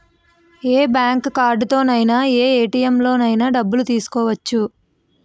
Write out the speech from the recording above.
ఏ bank కార్డుతోనైన ఏ ATM లోనైన డబ్బులు తీసుకోవచ్చు